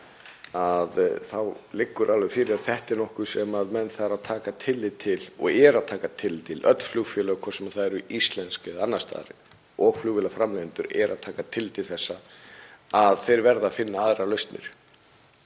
þá liggi alveg fyrir að þetta er nokkuð sem menn þurfa að taka tillit til og eru að taka tillit til, öll flugfélög, hvort sem þau eru íslensk eða annars staðar, og flugvélaframleiðendur eru að taka tillit til þess að þeir verði að finna aðrar lausnir.